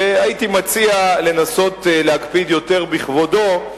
והייתי מציע לנסות להקפיד יותר בכבודו,